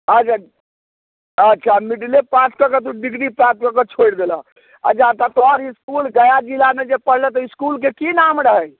अछा अच्छा मिडिले पास कऽ कऽ तू डिग्री प्राप्त कऽ कऽ छोड़ि देलऽ अच्छा तऽ तोहर इसकुल गया जिलामे जे पढ़ले तऽ इसकुलके की नाम रहै